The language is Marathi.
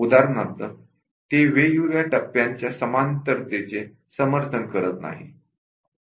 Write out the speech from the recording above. उदाहरणार्थ ते वेगवेगळे टप्प्यांच्या समांतरतेचे समर्थन करत नाही